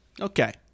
Okay